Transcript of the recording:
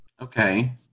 Okay